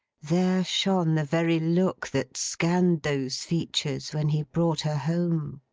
there shone the very look that scanned those features when he brought her home!